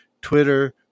Twitter